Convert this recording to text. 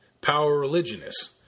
power-religionists